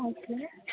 okay